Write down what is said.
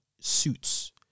suits